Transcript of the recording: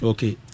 Okay